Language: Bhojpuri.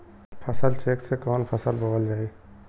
फसल चेकं से कवन फसल बोवल जाई?